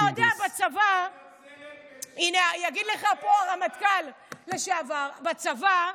אתה יודע, בצבא, יגיד לך פה הרמטכ"ל לשעבר, בצבא,